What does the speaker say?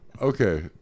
Okay